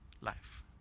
life